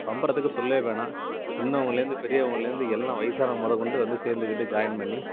பம்பரத்துக்கு சொல்லவே வேணாம் சின்னவங்களிலேருந்து பெரியவங்களிலேருந்து எல்லாம் வயசானவங்க மொதல்க்கொண்டு வந்து சேர்ந்துக்கிட்டு ஜாயின் பண்ணி